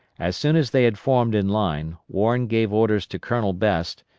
as soon as they had formed in line, warren gave orders to colonel best,